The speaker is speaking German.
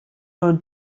neuen